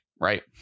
right